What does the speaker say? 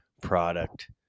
product –